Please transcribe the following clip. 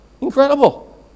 Incredible